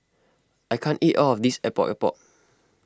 I can't eat all of this Epok Epok